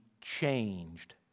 changed